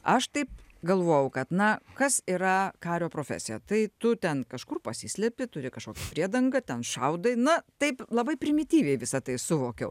aš taip galvojau kad na kas yra kario profesija tai tu ten kažkur pasislepi turi kažkokią priedangą ten šaudai na taip labai primityviai visa tai suvokiau